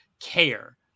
care